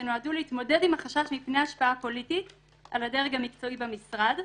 שנועדו להתמודד עם החשש מפני השפעה פוליטית על הדרג המקצועי במשרד,